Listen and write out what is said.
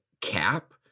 cap